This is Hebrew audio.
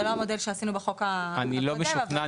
זה לא המודל שעשינו בחוק --- אני לא משוכנע,